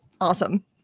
awesome